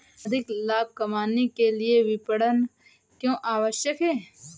अधिक लाभ कमाने के लिए विपणन क्यो आवश्यक है?